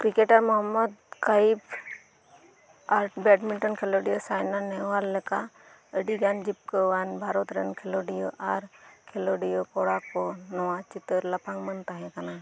cricketer Mohammad Kaif ᱟᱨ badminton ᱠᱷᱮᱞᱳᱰᱤᱭᱟᱹ ᱥᱟᱭᱱᱟ ᱱᱮᱦᱣᱟᱞ ᱞᱮᱠᱟ ᱟᱹᱰᱤ ᱜᱟᱱ ᱡᱤᱵᱽᱠᱟᱹᱣᱟᱱ ᱵᱷᱟᱨᱚᱛ ᱨᱮᱱ ᱠᱷᱮᱞᱳᱰᱤᱭᱟᱹ ᱟᱨ ᱠᱷᱮᱞᱳᱰᱤᱭᱟᱹ ᱠᱚᱲᱟ ᱠᱚ ᱱᱚᱣᱟ ᱪᱤᱛᱟᱹᱨ ᱞᱟᱯᱷᱟᱝ ᱢᱟᱹᱱ ᱛᱟᱦᱮᱸ ᱠᱟᱱᱟ